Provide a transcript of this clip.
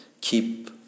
keep